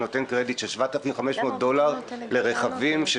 שנותן קרדיט של 7,500 דולר לרכבים היברידיים